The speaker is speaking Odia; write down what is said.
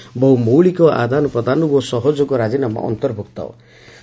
ଏହାମଧ୍ୟରେ ବହୁ ମୌଳିକ ଆଦାନ ପ୍ରଦାନ ଓ ସହଯୋଗ ରାଜିନାମା ଅନ୍ତର୍ଭୁକ୍ତ